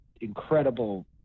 incredible